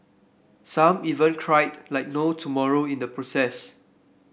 some even cried like no tomorrow in the process